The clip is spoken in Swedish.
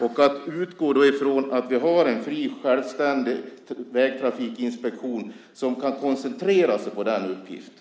Och utgå då ifrån att vi har en fri och självständig vägtrafikinspektion som kan koncentrera sig på den uppgiften!